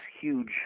huge